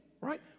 right